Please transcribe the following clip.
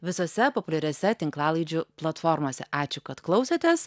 visose populiariose tinklalaidžių platformose ačiū kad klausėtės